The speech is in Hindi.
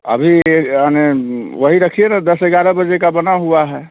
अभी अने वही रखिए न दस ग्यारह बजे का बना हुआ है